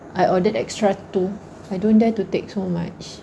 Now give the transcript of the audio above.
I ordered extra two I don't dare to take so much